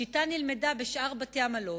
השיטה נלמדה בשאר בתי-המלון,